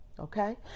Okay